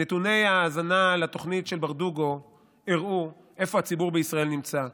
נתוני ההאזנה לתוכנית של ברדוגו הראו איפה הציבור בישראל נמצא,